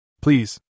Please